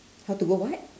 how do go what